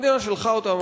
המדינה שלחה אותם,